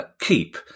Keep